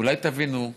אולי תבינו,